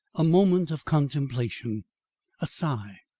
a moment of contemplation a sigh,